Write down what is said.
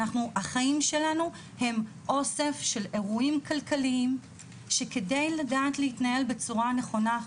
החיים שלנו הם אוסף של אירועים כלכליים שכדי לדעת להתנהל בצורה נכונה,